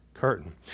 curtain